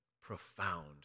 profound